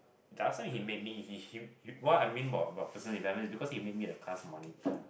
doesn't he made me he him what I mean about about personal development is because he made me the class monitor